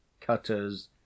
cutters